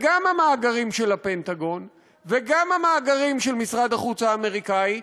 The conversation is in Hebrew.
אבל גם המאגרים של הפנטגון וגם המאגרים של משרד החוץ האמריקני,